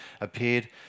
appeared